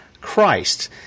christ